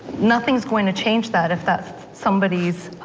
nothing's going to change that if that's somebody,